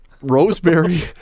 Rosemary